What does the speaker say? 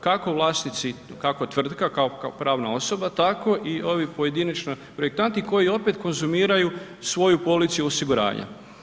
Kako vlasnici, kako tvrtka, kao pravna osoba, tako i ovi pojedinačno projektanti koji opet konzumiraju svoju policu osiguranja.